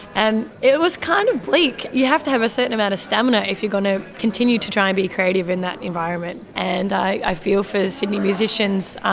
and it was kind of bleak. you have to have a certain amount of stamina if you are going to continue to try and be creative in that environment. and i feel for sydney musicians.